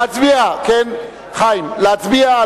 חיים, להצביע?